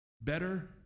Better